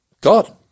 God